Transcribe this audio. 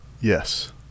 Yes